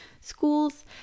schools